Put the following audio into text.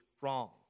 wrong